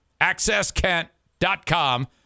Accesskent.com